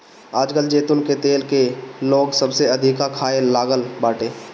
आजकल जैतून के तेल के लोग सबसे अधिका खाए लागल बाटे